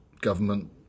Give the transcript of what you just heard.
government